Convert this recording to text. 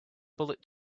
bullet